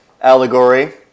allegory